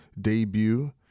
debut